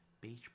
Beach